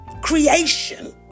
creation